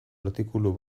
artikulu